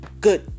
good